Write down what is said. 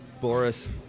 Boris